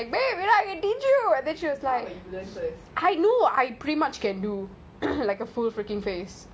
I acted free babe what can I give you then she was like